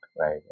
right